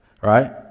right